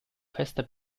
fester